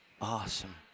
awesome